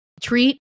treat